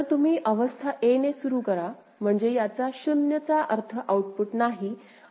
तर तुम्ही अवस्था a ने सुरू करा म्हणजे याचा 0 चा अर्थ आऊटपुट नाही आऊटपुट 0 आहे